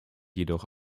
jedoch